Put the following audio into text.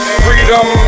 freedom